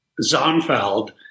Zonfeld